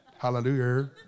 Hallelujah